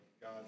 God